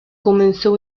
comenzó